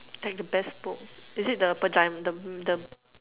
like the best book is it the the the